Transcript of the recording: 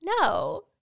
no